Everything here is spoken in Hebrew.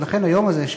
ולכן היום הזה,